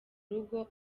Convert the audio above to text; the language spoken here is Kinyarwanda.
rugo